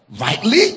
Rightly